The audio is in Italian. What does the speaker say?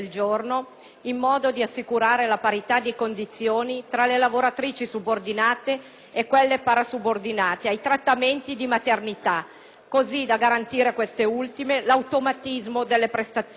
in modo da assicurare la parità di condizioni tra le lavoratrici subordinate e quelle parasubordinate nell'accesso ai trattamenti di maternità, garantendo a queste ultime l'automatismo della prestazioni.